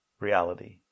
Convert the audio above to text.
reality